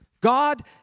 God